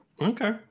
okay